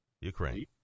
Ukraine